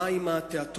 מה עם התיאטרון,